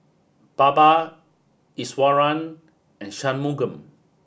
Baba Iswaran and Shunmugam